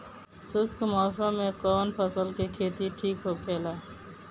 शुष्क मौसम में कउन फसल के खेती ठीक होखेला?